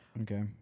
Okay